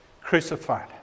crucified